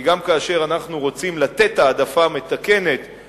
כי גם כאשר אנחנו רוצים לתת העדפה מתקנת,